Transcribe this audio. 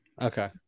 Okay